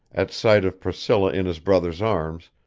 at sight of priscilla in his brother's arms,